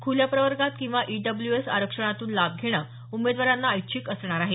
खुल्या प्रवर्गात किंवा ईडब्ल्यूएस आरक्षणातून लाभ घेणं उमेदवारांना ऐच्छिक असणार आहे